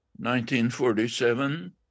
1947